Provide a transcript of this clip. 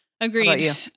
Agreed